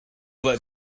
that